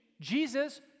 Jesus